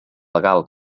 legal